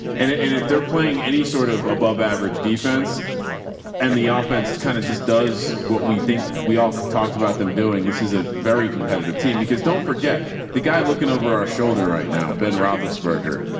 and and if they're playing any sort of above average defense and the offense kind of just does what we think. we all talked about them doing this is a very competitive team because don't forget the guy looking over our shoulder right now. ben roethlisberger,